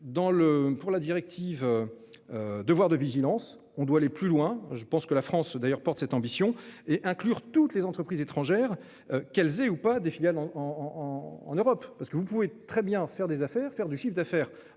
pour la directive. Devoir de vigilance, on doit aller plus loin, je pense que la France d'ailleurs porte cette ambition et inclure toutes les entreprises étrangères qu'elles aient ou pas des filiales en en Europe parce que vous pouvez très bien faire des affaires, faire du chiffre d'affaires